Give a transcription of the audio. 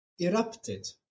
erupted